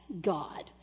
God